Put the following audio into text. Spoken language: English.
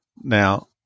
Now